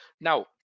Now